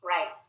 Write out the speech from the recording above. Right